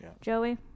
Joey